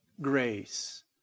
grace